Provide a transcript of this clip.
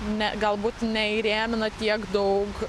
ne galbūt neįrėmina tiek daug